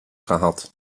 gehad